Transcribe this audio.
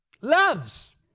Loves